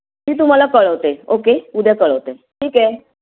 मी तुम्हाला कळवते ओके उद्या कळवते ठीक आहे